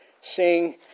sing